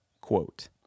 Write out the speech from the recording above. quote